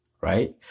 right